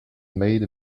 made